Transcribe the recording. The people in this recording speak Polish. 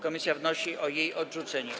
Komisja wnosi o jej odrzucenie.